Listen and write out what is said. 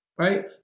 right